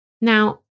Now